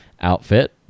outfit